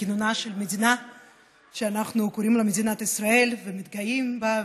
בכינונה של המדינה שאנחנו קוראים לה מדינת ישראל ומתגאים בה,